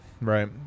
Right